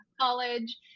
college